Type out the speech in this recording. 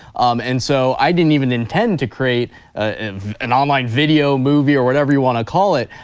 um and so i didn't even intend to create an online video, movie or whatever you wanna call it,